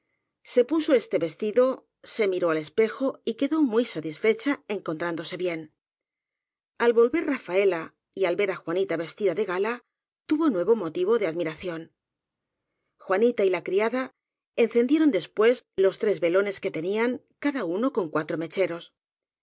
se puso este vestido se miró al espejo y quedó muy satisfecha encontrándose bien al volver rafaela y al ver á juanita vestida de gala tuvo nuevo motivo de admiración juanita y la criada encendieron después los tres velones que tenían cada uno con cuatro mecheros